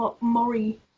Mori